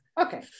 Okay